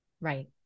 Right